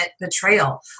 betrayal